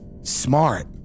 Smart